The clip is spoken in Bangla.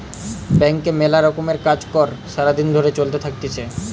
ব্যাংকে মেলা রকমের কাজ কর্ সারা দিন ধরে চলতে থাকতিছে